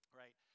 right